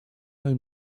own